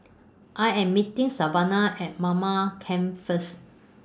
I Am meeting Savana At Mamam Campsite First